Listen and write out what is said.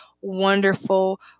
wonderful